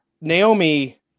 Naomi